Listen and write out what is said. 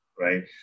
right